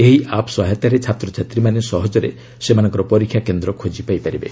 ଏହି ଆପ୍ ସହାୟତାରେ ଛାତ୍ରଛାତ୍ରୀମାନେ ସହଜରେ ସେମାନଙ୍କର ପରୀକ୍ଷାକେନ୍ଦ୍ର ଖୋଜି ପାଇପାରିବେ